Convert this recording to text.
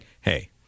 hey